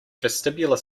vestibular